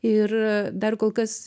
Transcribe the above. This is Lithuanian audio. ir dar kol kas